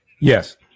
Yes